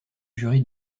jury